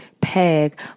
peg